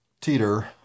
teeter